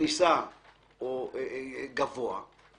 כניסה גבוה,